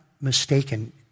mistaken